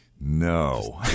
No